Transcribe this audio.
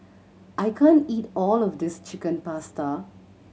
I can't eat all of this Chicken Pasta